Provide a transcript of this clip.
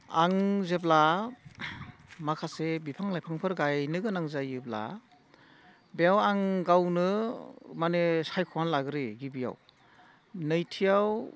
आं जेब्ला माखासे बिफां लाइफांफोर गायनो गोनां जायोब्ला बेयाव आं गावनो माने सायख'ना लाग्रोयो गिबियाव नैथियाव